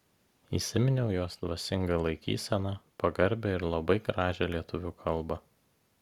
įsiminiau jos dvasingą laikyseną pagarbią ir labai gražią lietuvių kalbą